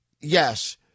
Yes